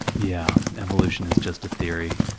yeah, evolution is just a theory.